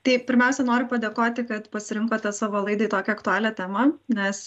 tai pirmiausia noriu padėkoti kad pasirinkote savo laidai tokią aktualią temą nes